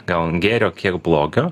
gal gėrio kiek blogio